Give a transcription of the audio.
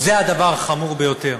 זה הדבר החמור ביותר.